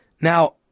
Now